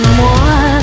more